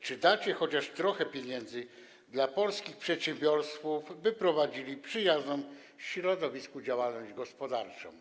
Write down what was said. Czy dacie chociaż trochę pieniędzy polskim przedsiębiorcom, aby prowadzili przyjazną środowisku działalność gospodarczą?